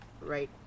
right